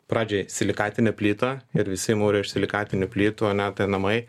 pradžiai silikatinę plytą ir visi mūrijo iš silikatinių plytų ane tai namai